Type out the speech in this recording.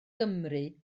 gymru